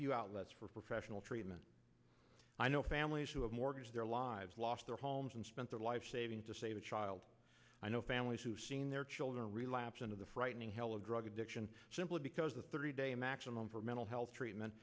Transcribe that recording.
few outlets for professional treatment i know families who have mortgages their lives lost their homes and spent their life saving to save a child i know families who seen their children relapse into the frightening hell of drug addiction simply because the thirty day maximum for mental health treatment